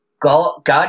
God